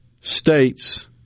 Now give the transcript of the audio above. states